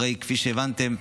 הרי כפי שהבנתם,